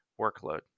workload